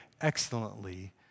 excellently